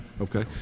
Okay